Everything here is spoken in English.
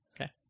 Okay